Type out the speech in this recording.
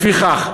לפיכך,